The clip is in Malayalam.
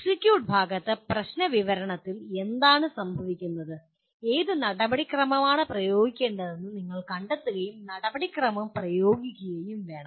എക്സിക്യൂട്ട് ഭാഗത്ത് പ്രശ്ന വിവരണത്തിൽ എന്താണ് സംഭവിക്കുന്നത് ഏത് നടപടിക്രമമാണ് പ്രയോഗിക്കേണ്ടതെന്ന് നിങ്ങൾ കണ്ടെത്തുകയും നടപടിക്രമം പ്രയോഗിക്കുകയും വേണം